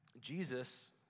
Jesus